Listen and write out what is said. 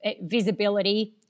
visibility